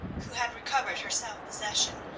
who had recovered her self-possession,